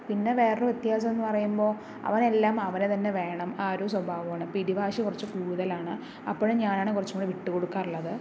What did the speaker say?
പിന്നെ വേറൊരു വ്യത്യാസമെന്ന് പറയുമ്പോൾ അവനെല്ലാം അവന് തന്നെ വേണം ആ ഒരു സ്വഭാവമാണ് പിടിവാശി കുറച്ച് കൂടുതലാണ് അപ്പോഴും ഞാനാണ് കുറച്ചുകൂടി വിട്ട് കൊടുക്കാറുള്ളത്